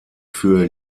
für